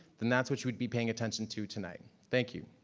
then that's what you would be paying attention to tonight. thank you.